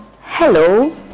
Hello